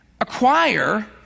acquire